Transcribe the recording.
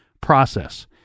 process